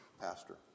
pastor